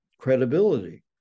credibility